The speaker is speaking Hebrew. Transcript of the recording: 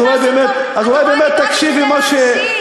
אז אולי באמת תקשיבי, באתי כדי להקשיב.